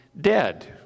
dead